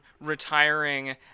retiring